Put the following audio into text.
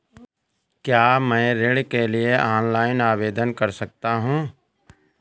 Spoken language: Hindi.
क्या मैं ऋण के लिए ऑनलाइन आवेदन कर सकता हूँ?